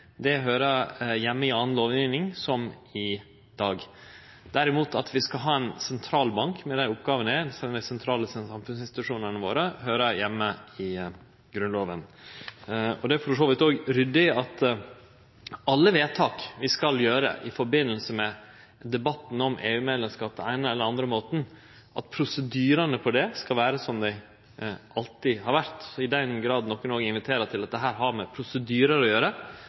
Det høyrer heime i anna lovgjeving, som i dag. At vi derimot skal ha ein sentralbank med dei oppgåvene som er, som ein av dei sentrale samfunnsinstitusjonane våre, høyrer heime i Grunnlova. Det er for så vidt òg ryddig at for alle vedtak vi skal gjere i samband med debatten om EU-medlemskap på den eine eller andre måten, skal prosedyrane på det vere som dei alltid har vore. Så i den grad nokon no inviterer til at dette har med prosedyrar å gjere: